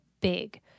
big